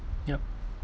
yup